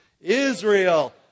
Israel